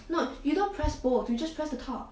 no you don't press pool or you just cross the tao